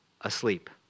asleep